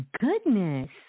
goodness